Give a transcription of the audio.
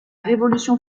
révolution